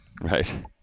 Right